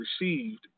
received